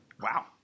Wow